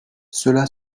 cela